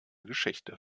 geschichte